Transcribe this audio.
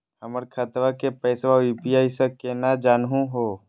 हमर खतवा के पैसवा यू.पी.आई स केना जानहु हो?